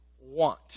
want